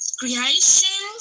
creation